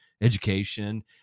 education